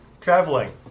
traveling